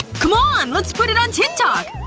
come on, let's put it on tik tok!